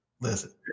Listen